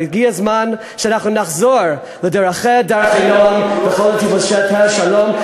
הגיע הזמן שנחזור לדרכיה דרכי נועם וכל נתיבותיה שלום,